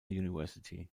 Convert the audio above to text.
university